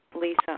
Lisa